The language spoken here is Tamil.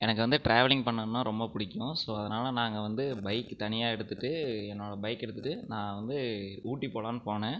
எனக்கு வந்து டிராவலிங் பண்ணணும்னா ரொம்ப பிடிக்கும் ஸோ அதனால் நாங்கள் வந்து பைக் தனியாக எடுத்துகிட்டு என்னோட பைக் எடுத்துகிட்டு நான் வந்து ஊட்டி போகலான்னு போனேன்